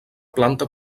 planta